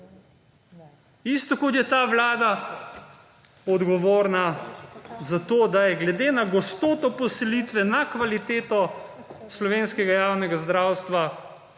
Isto, kot je ta Vlada odgovorna za to, da je glede na gostoto poselitve na kvaliteto slovenskega javnega zdravstva,